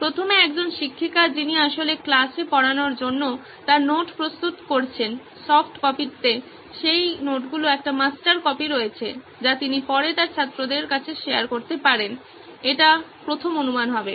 প্রথমে একজন শিক্ষিকা যিনি আসলে ক্লাসে পড়ানোর জন্য তার নোট প্রস্তুত করছেন সফট কপিতে সেই নোটগুলির একটি মাস্টার কপি রয়েছে যা তিনি পরে তার ছাত্রদের কাছে শেয়ার করতে পারেন এটি প্রথম অনুমান হবে